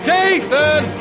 Jason